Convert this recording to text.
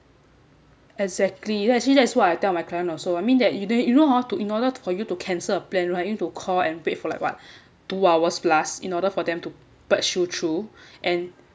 exactly yeah actually that is why I tell my parents also I mean that you do you know hor to in order to for you to cancel a plan right you need to call and paid for like what two hours plus in order for them to purge you through and